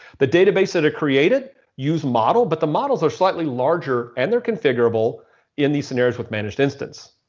the database that are created use model, but the models are slightly larger and they're configurable in these scenarios with managed instance.